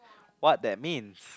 what that means